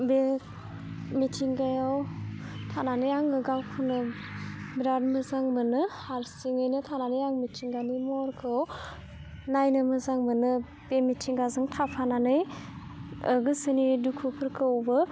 बे मिथिंगायाव थानानै आङो गावखौनो बिरात मोजां मोनो हारसिङैनो थानानै आं मिथिंगानि महरखौ नायनो मोजां मोनो बे मिथिंगाजों थाफानानै गोसोनि दुखुफोरखौबो